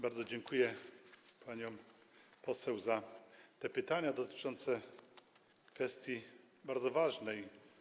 Bardzo dziękuję paniom poseł za te pytania dotyczące kwestii bardzo ważnej.